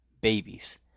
babies